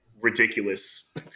ridiculous